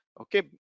Okay